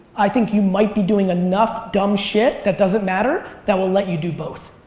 i think you might be doing enough dumb shit that doesn't matter that will let you do both.